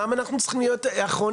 למה אנחנו צריכים להיות אחרונים.